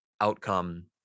outcome